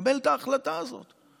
לקבל את ההחלטה הזאת,